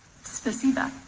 spasiba.